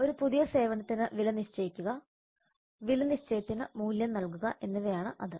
ഒരു പുതിയ സേവനത്തിന് വില നിശ്ചയിക്കുക വില നിശ്ചയത്തിന് മൂല്യം നൽകുക എന്നിവയാണ് അത്